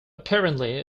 apparently